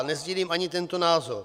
Nesdílím ani tento názor.